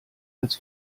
als